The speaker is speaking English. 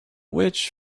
which